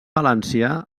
valencià